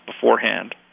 beforehand